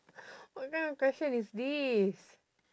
what kind of question is this